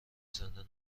زنده